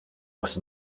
was